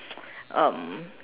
um